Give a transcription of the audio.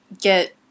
get –